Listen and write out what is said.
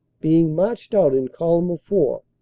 being marched out in column of four.